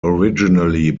originally